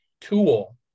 tool